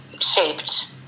shaped